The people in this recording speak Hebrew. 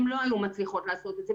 הן לא היו מצליחות לעשות את זה,